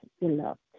beloved